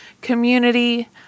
community